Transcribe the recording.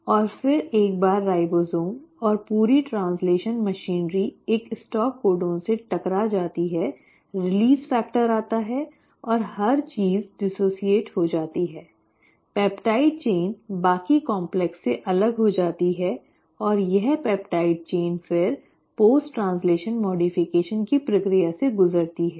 और फिर एक बार राइबोसोम और पूरी ट्रान्सलेशनल मशीनरी एक स्टॉप कोडन में टकरा जाती है रिलीज फैक्टर आता है और हर चीज डिसोशीएट हो जाती है पेप्टाइड चेन बाकी कॉम्प्लेक्स से अलग हो जाती है और यह पेप्टाइड चेन फिर पोस्ट ट्रैन्स्लैशन मॉडिफिकेशन की प्रक्रिया से गुजरती है